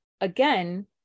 again